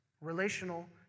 relational